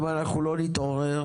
אם אנחנו לא נתעורר,